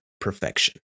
perfection